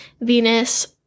Venus